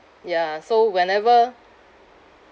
ya so whenever